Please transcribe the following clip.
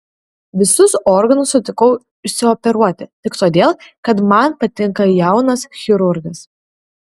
visus organus sutikau išsioperuoti tik todėl kad man patinka jaunas chirurgas